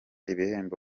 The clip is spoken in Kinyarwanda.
ibihembo